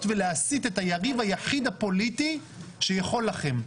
ולהסיט את היריב היחיד הפוליטי שיכול לכם.